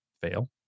fail